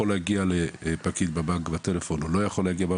להגיע לפקיד בבנק בטלפון או לא יכול להגיע?